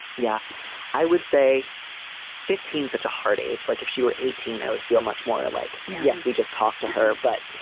yeah i would say fifteen such a hard age. like if she were eighteen i would feel much more like you. yes. we just talked to her. but